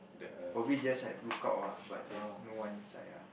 probably just like book out ah but there's no one inside lah